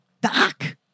Doc